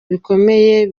bikomeye